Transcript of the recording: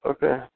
Okay